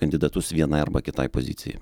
kandidatus vienai arba kitai pozicijai